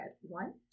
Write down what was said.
one